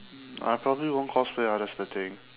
I probably won't cosplay ah that's the thing